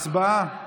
הצבעה.